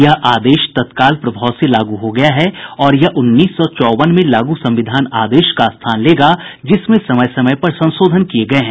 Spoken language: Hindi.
यह आदेश तत्काल प्रभाव से लागू हो गया है और यह उन्नीस सौ चौवन में लागू संविधान आदेश का स्थान लेगा जिसमें समय समय पर संशोधन किये गये हैं